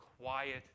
quiet